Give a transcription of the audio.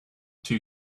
two